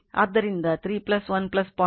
ಆದ್ದರಿಂದ 3 1 0